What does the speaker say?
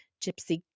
Gypsy